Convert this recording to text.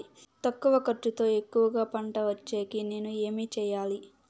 తక్కువ ఖర్చుతో ఎక్కువగా పంట వచ్చేకి నేను ఏమి చేయాలి?